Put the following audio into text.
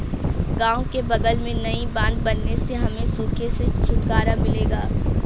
गांव के बगल में नई बांध बनने से हमें सूखे से छुटकारा मिलेगा